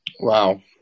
Wow